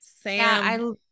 Sam